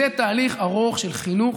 זה תהליך ארוך של חינוך,